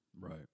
right